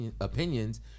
opinions